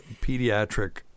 pediatric